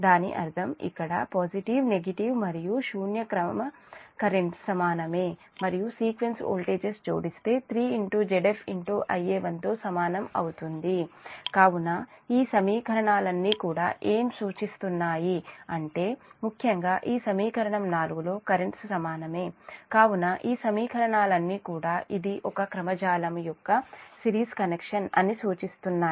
దాని అర్థము ఇక్కడ పాజిటివ్ నెగిటివ్ మరియు శూన్య క్రమ కర్రెంట్స్ సమానమే మరియు సీక్వెన్స్ వోల్టేజస్ జోడిస్తే 3 Zf Ia1 తో సమానం అవుతుంది కాబట్టీ ఈ సమీకరణాలన్నీ కూడా ఏం సూచిస్తున్నాయి అంటే ముఖ్యంగా ఈ సమీకరణం 4 లో కర్రెంట్స్ సమానమే కాబట్టి ఈ సమీకరణాలన్నీ కూడా ఇది ఒక క్రమ జాలము యొక్క సిరీస్ కనెక్షన్ అని సూచిస్తున్నాయి